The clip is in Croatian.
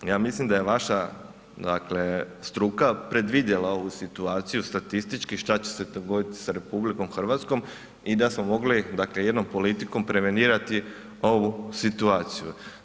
Ja mislim da je vaša, dakle struka predvidjela ovu situaciju statistički šta će se dogoditi sa RH i da smo mogli dakle jednom politikom prevenirati ovu situaciju.